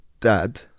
dad